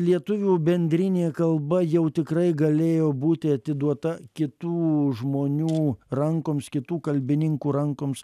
lietuvių bendrinė kalba jau tikrai galėjo būti atiduota kitų žmonių rankoms kitų kalbininkų rankoms